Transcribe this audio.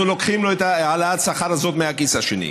אנחנו לוקחים את העלאת השכר הזאת מהכיס השני.